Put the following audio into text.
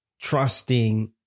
trusting